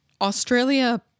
Australia